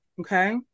Okay